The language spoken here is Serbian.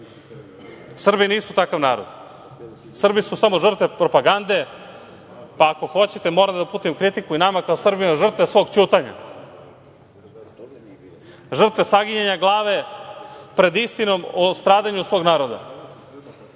Srbi nisu takav narod. Srbi su samo žrtve propagande, pa ako hoćete moram da uputim kritiku i nama, kao Srbima, žrtve svog ćutanja, žrtva saginjanja glave pred istinom o stradanju svog naroda. Ćutali